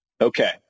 Okay